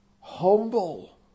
Humble